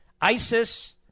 ISIS